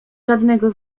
żadnego